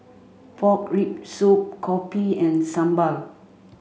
pork rib soup Kopi and Sambal